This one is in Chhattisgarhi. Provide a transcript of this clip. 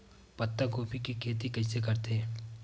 पत्तागोभी के खेती कइसे करथे?